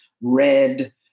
red